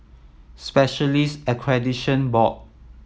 Specialist Accreditation Board